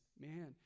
Man